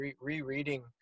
rereading